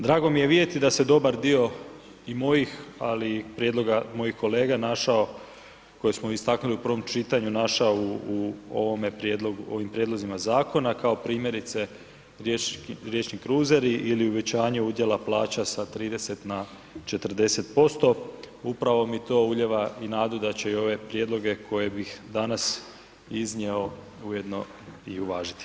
Drago mi je vidjeti da se dobar dio i mojih ali i prijedloga mojih kolega našao koje smo istaknuli u prvom čitanju našao u ovim prijedlozima zakona kao primjerice riječni kruzeri ili uvećanje udjela plaća sa 30 na 40%, upravo mi to ulijeva i nadu da će i ove prijedloge koje bih danas iznio ujedno i uvažiti.